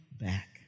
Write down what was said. back